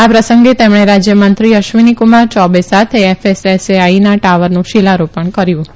આ પ્રસંગે તેમણે રાજયમંત્રી અધ્વિની કુમાર ચૌબે સાથે એફએસએસએઆઈ ટાવરનું શિલારોપણ કર્યુ